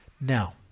now